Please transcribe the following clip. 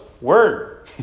word